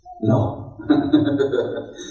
No